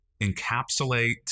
encapsulate